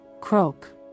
croak